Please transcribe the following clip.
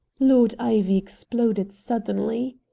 lord ivy exploded suddenly.